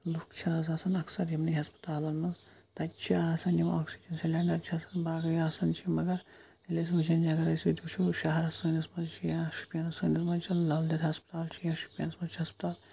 لُکھ چھِ آز آسان اَکثَر یِمنٕے ہَسپَتالَن مَنٛز تَتہِ چھِ آسان یِم آکسِجَن سِلیٚنڈَر چھِ آسان باقٕے آسان چھِ مَگَر ییٚلہِ أسۍ وٕچھان چھِ اَگَر أسۍ ییٚتہِ وٕچھَو شَہرَس سٲنِس مَنٛزچھُ یا شُپیَنَس سٲنِس مَنٛز چھُ لَل دٮ۪د ہَسپَتال چھُ یا شُپیَنَس مَنٛز چھُ ہَسپَتال